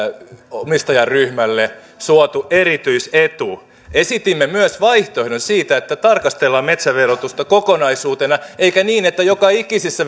omistajaryhmälle suotu erityisetu esitimme myös vaihtoehdon siitä että tarkastellaan metsäverotusta kokonaisuutena eikä niin että joka ikisessä